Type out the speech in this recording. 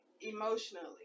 Emotionally